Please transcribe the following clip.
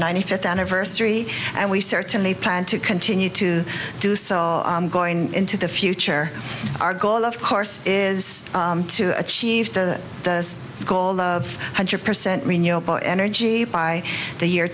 ninety fifth anniversary and we certainly plan to continue to do so going into the future our goal of course is to achieve the goal of hundred percent renewable energy by the year